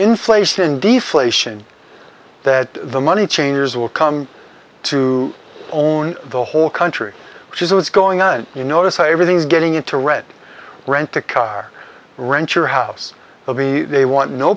inflation deflation that the money changers will come to own the whole country which is what's going on you notice everything's getting into red rent a car rent your house of the they want no